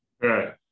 Right